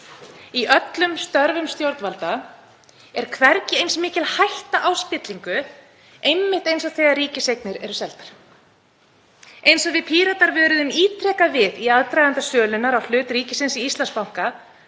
Í öllum störfum stjórnvalda er hvergi eins mikil hætta á spillingu einmitt eins og þegar ríkiseignir eru seldar. Eins og við Píratar vöruðum ítrekað við í aðdraganda sölunnar á hlut ríkisins í Íslandsbanka